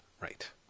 Right